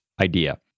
idea